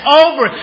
over